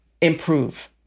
improve